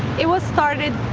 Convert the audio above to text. it was started,